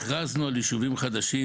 הכרזנו על יישובים חדשים,